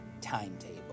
timetable